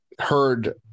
heard